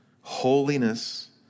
holiness